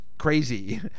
crazy